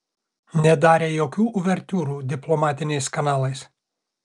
nedarė jokių uvertiūrų diplomatiniais kanalais